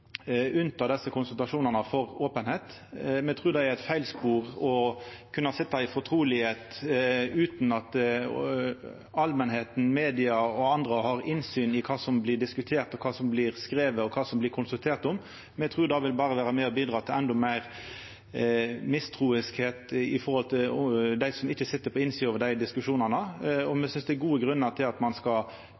desse konsultasjonane for openheit. Me trur det er eit feilspor å kunna sitja i fortrulegheit utan at allmenta, media og andre har innsyn i kva som blir diskutert, kva som blir skrive, og kva som blir konsultert om. Me trur det berre vil vera med og bidra til endå meir mistru blant dei som ikkje sit på innsida av dei diskusjonane. Me synest det er gode grunnar til